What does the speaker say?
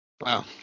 Wow